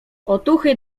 otuchy